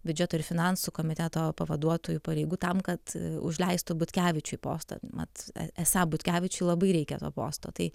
biudžeto ir finansų komiteto pavaduotojų pareigų tam kad užleistų butkevičiui postą mat esą butkevičiui labai reikia to posto tai